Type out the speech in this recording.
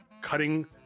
cutting